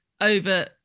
over